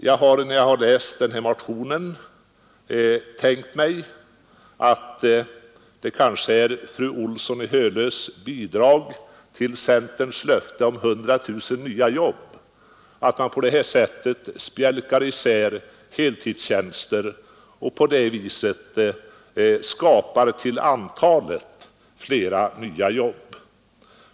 Jag har när jag har läst denna motion tänkt att det kanske är fru Olssons i Hölö bidrag till centerns löfte om 100 000 nya jobb att man på det här sättet skall spjälka isär heltidstjänster och därigenom skapa till antalet flera nya jobb.